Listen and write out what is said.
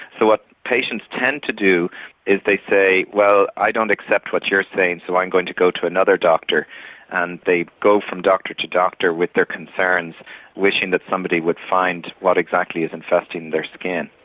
what patients tend to do is they say well i don't accept what you're saying so i'm going to go to another doctor and they go from doctor to doctor with their concerns wishing that somebody would find what exactly is infesting their skin.